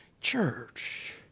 church